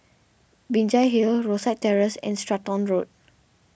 Binjai Hill Rosyth Terrace and Stratton Road